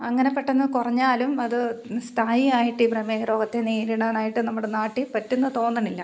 അങ്ങനെ പെട്ടെന്ന് കുറഞ്ഞാലും അത് സ്ഥായിയായിട്ട് ഈ പ്രമേഹരോഗത്തെ നേരിടാനായിട്ട് നമ്മുടെ നാട്ടിൽ പറ്റും എന്നു തോന്നണില്ല